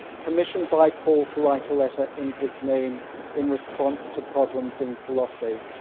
commissioned by paul to write a letter in his name in response to problems in colossae.